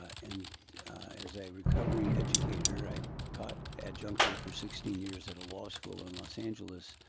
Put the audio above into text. and as a recovering educator, i taught adjunctly for sixteen years at a law school in los angeles.